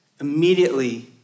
Immediately